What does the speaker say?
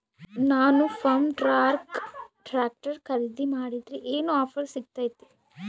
ನಾನು Farmtrac tractor ಖರೇದಿ ಮಾಡಿದ್ರೆ ಏನು ಆಫರ್ ಸಿಗ್ತೈತಿ?